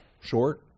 short